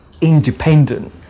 independent